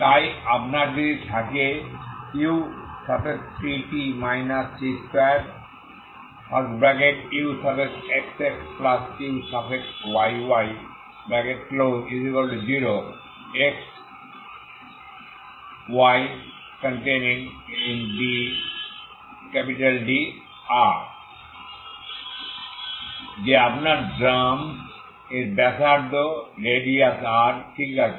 তাই আপনার যদি থাকে utt c2uxxuyy0xy∈DR যে আপনার ড্রাম এর ব্যাসার্ধ R ঠিক আছে